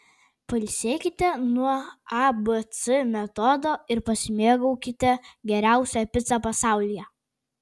pailsėkite nuo abc metodo ir pasimėgaukite geriausia pica pasaulyje